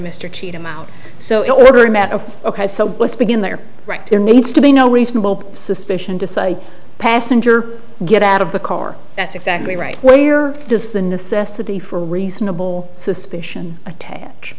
mr cheatham out so every minute of ok so let's begin there right there needs to be no reasonable suspicion to say passenger get out of the car that's exactly right where this the necessity for reasonable suspicion attach